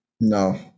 no